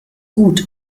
gut